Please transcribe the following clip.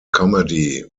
comedy